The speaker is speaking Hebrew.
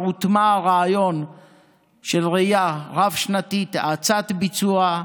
מוטמע הרעיון של ראייה רב-שנתית: האצת ביצוע,